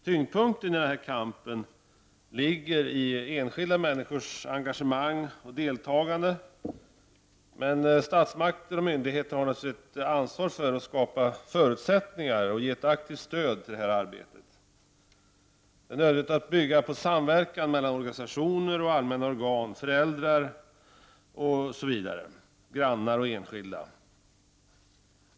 Tyngdpunkten i denna kamp ligger i enskilda människors engagemang och deltagande, men statsmakter och myndigheter har naturligtvis ett ansvar för att skapa förutsättningar för och ge ett aktivt stöd till arbetet. Det är nödvändigt att bygga på samverkan mellan organisationer, allmänna organ, föräldrar, grannar, enskilda osv.